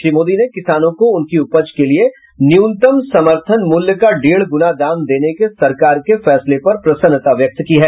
श्री मोदी ने किसानों को उनकी उपज के लिए न्यूनतम समर्थन मूल्य का डेढ़ गुना दाम देने के सरकार के फैसले पर प्रसन्नता व्यक्त की है